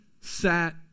sat